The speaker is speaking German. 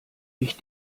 ich